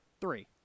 Three